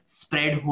spread